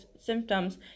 symptoms